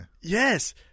Yes